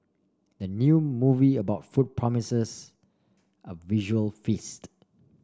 the new movie about food promises a visual feast